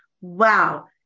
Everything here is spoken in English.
Wow